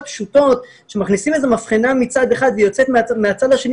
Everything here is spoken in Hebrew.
פשוטות שמכניסים איזה מבחנה מצד אחד והיא יוצאת מהצד השני,